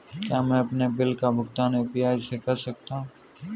क्या मैं अपने बिल का भुगतान यू.पी.आई से कर सकता हूँ?